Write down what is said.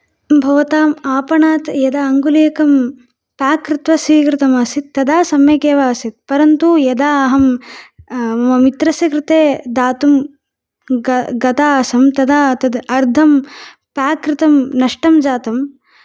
भवतां आपणात् यदा अंगुलीयकं पाक् कृत्वा स्वीकृतम् आसीत् तदा सम्यक् एव आसीत् परन्तु यदा अहं मम मित्रस्य कृते दातुं गता आसम् तदा तद् अर्धं पाक् कृतं नष्टं जातम्